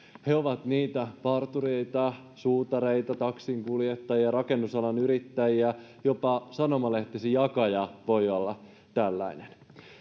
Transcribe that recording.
he ovat partureita suutareita taksinkuljettajia rakennusalan yrittäjiä jopa sanomalehtesi jakaja voi olla tällainen